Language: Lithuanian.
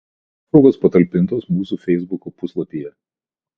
nuotraukos patalpintos mūsų feisbuko puslapyje